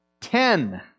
Ten